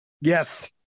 yes